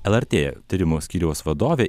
lrt tyrimų skyriaus vadovė